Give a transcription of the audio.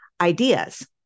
ideas